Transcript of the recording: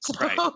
Right